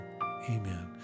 amen